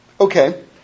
Okay